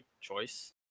choice